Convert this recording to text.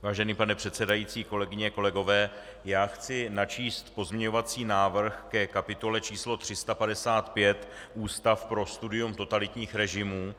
Vážený pane předsedající, kolegyně a kolegové, chci načíst pozměňovací návrh ke kapitole č. 355 Ústav pro studium totalitních režimů.